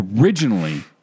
originally